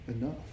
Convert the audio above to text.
enough